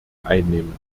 einnehmen